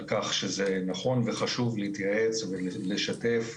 על כך שנכון וחשוב להתייעץ ולשתף.